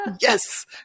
Yes